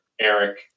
Eric